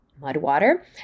Mudwater